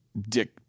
Dick